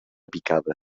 picada